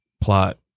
plot